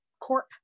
corp